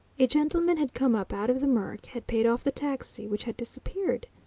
a gentleman had come up out of the murk, had paid off the taxi, which had disappeared.